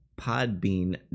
Podbean